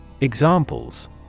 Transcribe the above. Examples